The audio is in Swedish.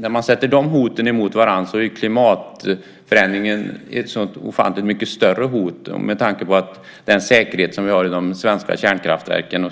När man sätter dessa hot mot varandra så är klimatförändringarna ett så ofantligt mycket större hot med tanke på den säkerhet som vi har i de svenska kärnkraftverken.